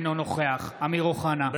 אינו נוכח אמיר אוחנה,